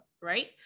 Right